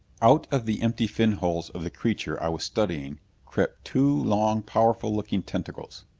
out of the empty fin holes of the creature i was studying crept two long, powerful looking tentacles.